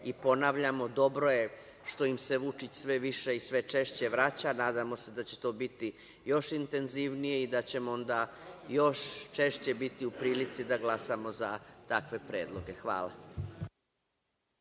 SRS.Ponavljamo, dobro je što im se Vučić sve više i sve češće vraća. Nadamo se da će to biti još intenzivnije i da ćemo onda još češće biti u prilici da glasamo za takve predloge. Hvala.